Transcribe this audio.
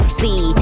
see